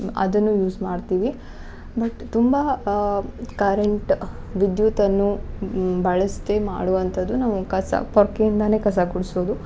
ಅದನ್ನು ಯೂಸ್ ಮಾಡ್ತೀವಿ ಬಟ್ ತುಂಬ ಕರೆಂಟ್ ವಿದ್ಯುತ್ತನ್ನು ಬಳಸ್ದೆ ಮಾಡುವಂಥದ್ದು ನಾವು ಕಸ ಪೊರ್ಕೆಯಿಂದನೆ ಕಸ ಗುಡ್ಸೋದು